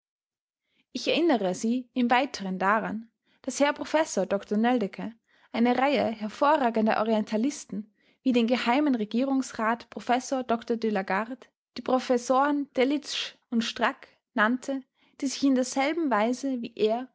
ich erinnere sie im weiteren daran daß herr professor dr nöldecke eine reihe hervorragender orientalisten wie den geheimen regierungsrat professor dr de lagarde die professoren delitzsch und strack nannte die sich in derselben weise wie er